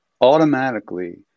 automatically